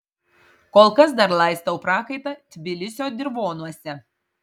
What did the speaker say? kol kas dar laistau prakaitą tbilisio dirvonuose